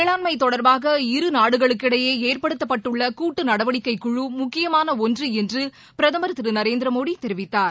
வேளாண்மைதொடர்பாக இருநாடுகளுக்கிடையேஏற்படுத்தப்பட்டுள்ளகூட்டுநடவடிக்கை குழு முக்கியமானஒன்றுஎன்றுபிரதமர் திருநரேந்திரமோடிதெரிவித்தார்